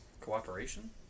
Cooperation